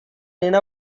nina